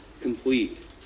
complete